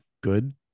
good